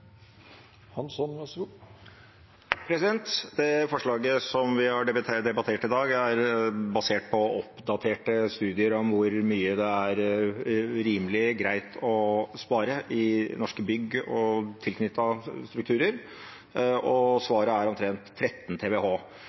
basert på oppdaterte studier om hvor mye det er rimelig greit å spare i norske bygg og tilknyttede strukturer. Svaret er omtrent 13 TWh.